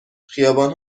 خیابان